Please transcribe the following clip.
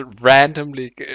randomly